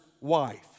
wife